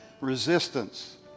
resistance